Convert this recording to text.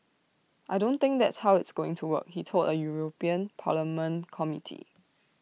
I don't think that's how it's going to work he told A european parliament committee